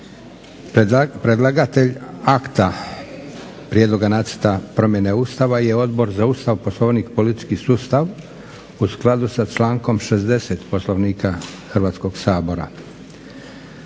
Predlagatelj akta prijedloga nacrta promjene Ustava je Odbor za ustav, poslovnik i politički sustav u skladu sa člankom 60. Poslovnika Hrvatskog sabora.